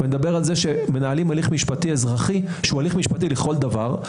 אני מדבר על זה שמנהלים הליך משפטי אזרחי שהוא הליך משפטי לכל דבר.